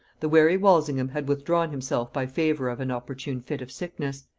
the wary walsingham had withdrawn himself by favor of an opportune fit of sickness,